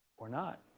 or not.